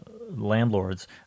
landlords